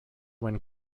when